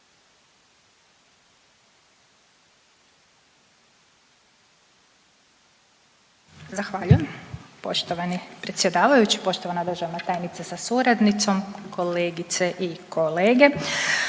Zahvaljujem. Poštovani predsjedavajući, poštovana državna tajnice sa suradnicom, kolegice i kolege.